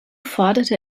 forderte